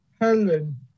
Helen